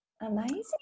Amazing